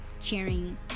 cheering